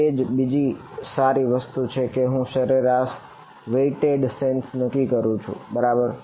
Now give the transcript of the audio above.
તેથી બીજી સારી વસ્તુ શું છે કે હું શરેરાશ વેઈટેડ સેન્સ નક્કી કરું છું બરાબર